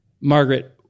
Margaret